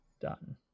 done